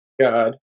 God